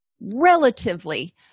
relatively